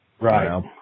Right